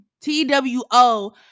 T-W-O